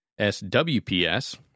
SWPS